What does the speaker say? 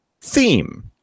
theme